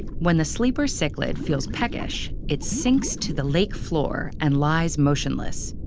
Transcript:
when the sleeper cichlid feels peckish, it sinks to the lake floor and lies motionless,